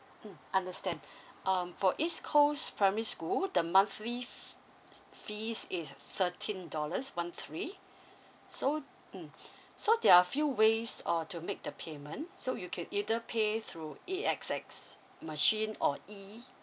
mm understand um for east coast primary school the monthly fe~ fees is thirteen dollars one three so mm so there are few ways or to make the payment so you can either pay through A_X_S machine or E